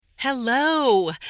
Hello